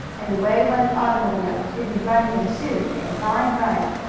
and away went the automobile, giving bunny and sue a fine ride.